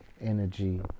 energy